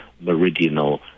meridional